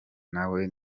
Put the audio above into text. nawe